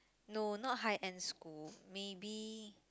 no not high end school maybe